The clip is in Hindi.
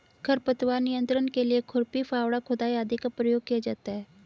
खरपतवार नियंत्रण के लिए खुरपी, फावड़ा, खुदाई आदि का प्रयोग किया जाता है